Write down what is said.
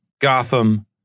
Gotham